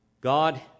God